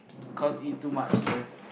cause eat too much then